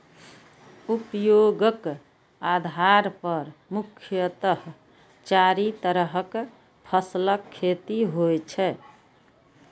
उपयोगक आधार पर मुख्यतः चारि तरहक फसलक खेती होइ छै